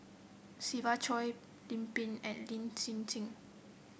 Siva Choy Lim Pin and Lin Hsin Hsin